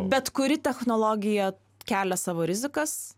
bet kuri technologija kelia savo rizikas